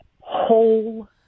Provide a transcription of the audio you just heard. Whole